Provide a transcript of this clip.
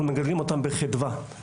אנחנו מגדלים אותן בחדווה.